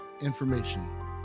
information